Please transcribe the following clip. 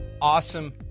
awesome